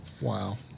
Wow